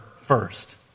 first